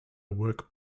work